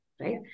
right